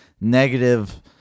negative